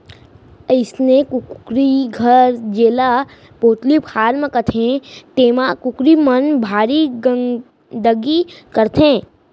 अइसने कुकरी घर जेला पोल्टी फारम कथें तेमा कुकरी मन भारी गंदगी करथे